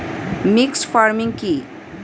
Mixed farming কি?